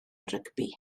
rygbi